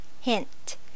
Hint